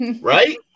right